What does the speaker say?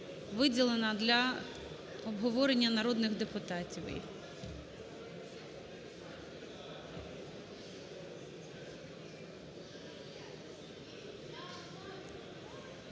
виділено для обговорення народних депутатів.